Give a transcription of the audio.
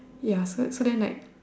ya so so then like